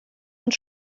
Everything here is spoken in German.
und